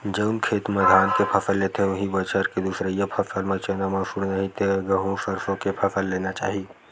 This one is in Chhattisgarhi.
जउन खेत म धान के फसल लेथे, उहीं बछर के दूसरइया फसल म चना, मसूर, नहि ते गहूँ, सरसो के फसल लेना चाही